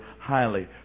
highly